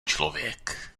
člověk